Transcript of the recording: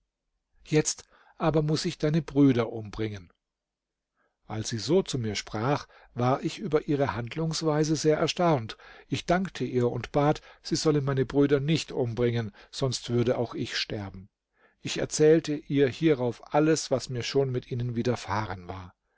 jetzt aber muß ich deine brüder umbringen als sie so zu mir sprach war ich über ihre handlungsweise sehr erstaunt ich dankte ihr und bat sie solle meine brüder nicht umbringen sonst würde auch ich sterben ich erzählte ihr hierauf alles was mir schon mit ihnen widerfahren war